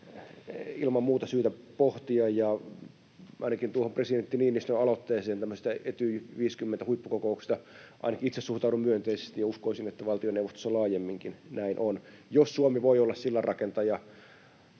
ilman muuta syytä pohtia, ja ainakin presidentti Niinistön aloitteeseen tämmöisestä Etyj 50 ‑huippukokouksesta itse suhtaudun myönteisesti ja uskoisin, että valtioneuvostossa laajemminkin näin on. Jos Suomi voi olla sillanrakentaja